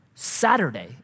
Saturday